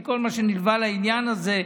של כל מה שנלווה לעניין הזה.